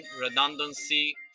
redundancy